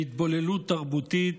של התבוללות תרבותית,